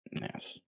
Yes